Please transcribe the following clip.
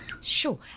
Sure